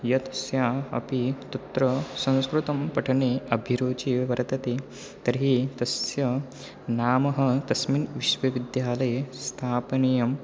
एतस्य अपि तत्र संस्कृतं पठने अभिरुचिः वर्तते तर्हि तस्य नाम तस्मिन् विश्वविद्यालये स्थापनीयम्